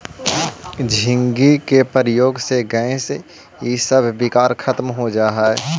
झींगी के प्रयोग से गैस इसब विकार खत्म हो जा हई